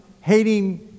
hating